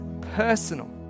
personal